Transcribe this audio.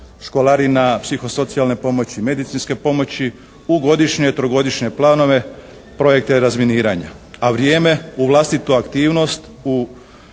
školarina, psihosocijalne pomoći, medicinske pomoći u godišnje, trogodišnje planove projekte razminiranja. A vrijeme u vlastitu aktivnost u